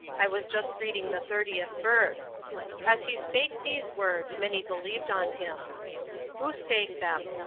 i was just reading the thirtieth verse as he spake these words many believed on him who spake them?